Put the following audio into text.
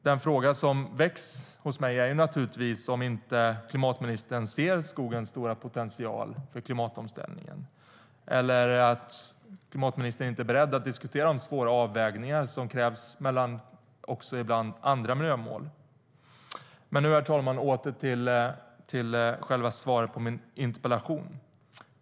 Den fråga som väcks hos mig är naturligtvis om klimatministern inte ser skogens stora potential för klimatomställningen och om klimatministern inte är beredd att diskutera de svåra avvägningar som ibland krävs mot andra miljömål. Men nu, herr talman, åter till själva svaret på min interpellation!